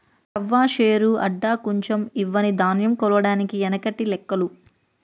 తవ్వ, శేరు, అడ్డ, కుంచం ఇవ్వని ధాన్యం కొలవడానికి ఎనకటి లెక్కలు